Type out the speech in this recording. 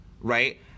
right